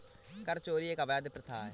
कर चोरी एक अवैध प्रथा है